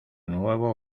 nuevo